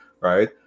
right